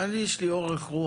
בסעיף 4,